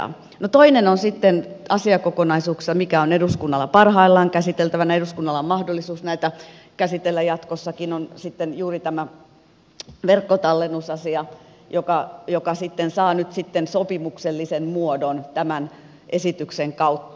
no toinen on sitten asiakokonaisuus mikä on eduskunnalla parhaillaan käsiteltävänä eduskunnalla on mahdollisuus näitä käsitellä jatkossakin ja se on sitten juuri tämä verkkotallennusasia joka saa nyt sitten sopimuksellisen muodon tämän esityksen kautta